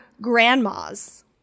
grandmas